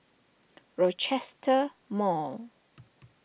Rochester Mall